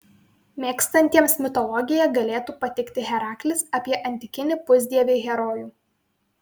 mėgstantiems mitologiją galėtų patikti heraklis apie antikinį pusdievį herojų